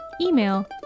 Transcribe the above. email